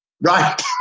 Right